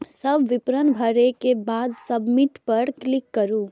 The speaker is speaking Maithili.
सब विवरण भरै के बाद सबमिट पर क्लिक करू